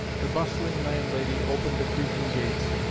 the bustling landlady opened the creaking gates,